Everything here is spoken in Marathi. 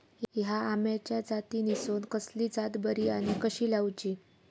हया आम्याच्या जातीनिसून कसली जात बरी आनी कशी लाऊची?